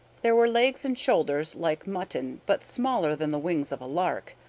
there were legs and shoulders like mutton but smaller than the wings of a lark.